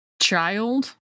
child